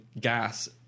gas